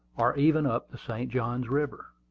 or even up the st. johns river.